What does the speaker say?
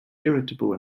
irritable